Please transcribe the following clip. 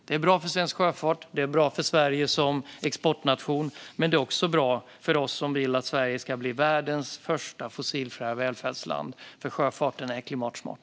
Det är bra för svensk sjöfart, det är bra för Sverige som exportnation, men det är också bra för oss som vill att Sverige ska bli världens första fossilfria välfärdsland, för sjöfarten är klimatsmart.